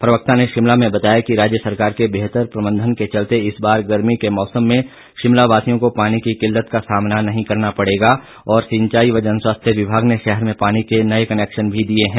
प्रवक्ता ने शिमला में बताया कि राज्य सरकार के बेहतर प्रबंधन के चलते इस बार गर्मी के मौसम में शिमला वासियों को पानी की किल्लत का सामना नहीं करना पड़ेगा और सिंचाई व जनस्वास्थ्य विभाग ने शहर में पानी के नए कनैक्शन भी दिए हैं